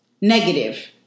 negative